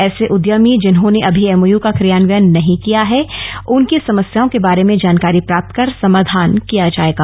ऐसे उद्यमी जिन्होंने अभी एमओयू का क्रियान्वयन नहीं किया है उनकी मस्याओं के बार्र में जानकारी प्राप्त कर समाधान किया जाएगा